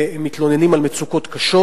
ומתלוננים על מצוקות קשות,